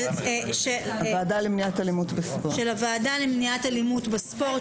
של הוועדה למניעת אלימות בספורט,